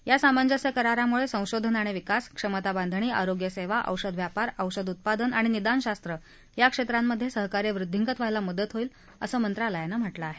या सामंजस्य करारामुळे संशोधन आणि विकास क्षमताबांधणी आरोग्यसेवा औषधव्यापार औषध उत्पादन आणि निदानशास्त्र या क्षेत्रांमध्ये सहकार्य वृद्धींगत व्हायला मदत होईल असं मंत्रालयानं म्हटलं आहे